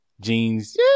Jeans